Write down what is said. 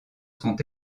sont